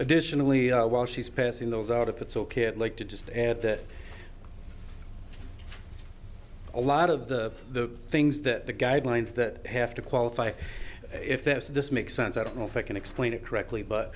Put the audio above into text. additionally while she's passing those out if it's ok it like to just add that a lot of the things that the guidelines that have to qualify if this makes sense i don't know if i can explain it correctly but